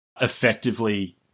effectively